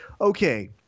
okay